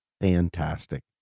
fantastic